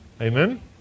Amen